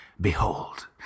behold